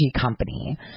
company